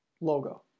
logo